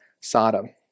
Sodom